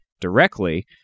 directly